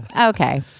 Okay